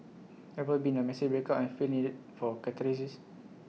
ever been A messy breakup and feel needed for catharsis